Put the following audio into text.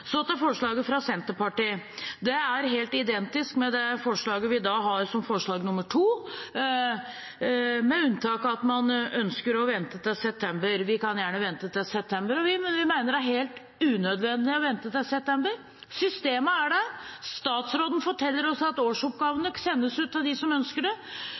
Så til forslaget fra Senterpartiet. Det er helt identisk med forslaget vi har som forslag nr. 2, med unntak av at man ønsker å vente til september. Vi kan gjerne vente til september, men vi mener det er helt unødvendig å vente til september. Systemet er der, statsråden forteller oss at årsoppgavene sendes ut til dem som ønsker det,